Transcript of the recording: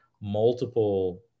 multiple